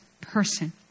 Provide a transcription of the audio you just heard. person